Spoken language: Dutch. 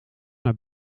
naar